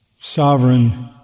Sovereign